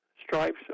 Stripes